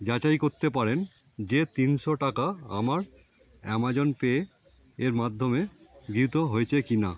যাচাই করতে পারেন যে তিনশো টাকা আমার অ্যামাজন পে এর মাধ্যমে গৃহীত হয়েছে কিনা